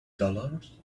dollars